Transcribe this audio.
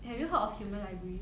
have you heard of human library